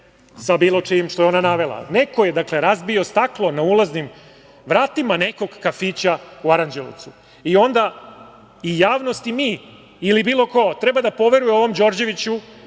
sa bilo čim što je ona navela. Neko je, dakle, razbio staklo na ulaznim vratima nekog kafića u Aranđelovcu. Onda i javnost i mi ili bilo ko treba da poveruje ovom Đorđeviću,